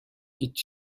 هیچ